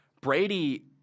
Brady